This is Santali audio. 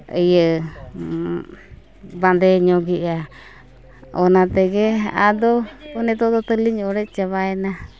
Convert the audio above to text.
ᱤᱭᱟᱹ ᱵᱟᱸᱫᱮ ᱧᱚᱜᱮᱜᱼᱟ ᱚᱱᱟ ᱛᱮᱜᱮ ᱟᱫᱚ ᱢᱚᱱᱮ ᱛᱮᱫᱚ ᱛᱟᱹᱞᱤᱧ ᱚᱲᱮᱡ ᱪᱟᱵᱟᱭᱮᱱᱟ